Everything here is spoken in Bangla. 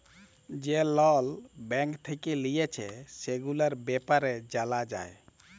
যে লল ব্যাঙ্ক থেক্যে লিয়েছে, সেগুলার ব্যাপারে জালা যায়